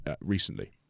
recently